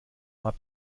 habt